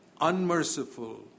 unmerciful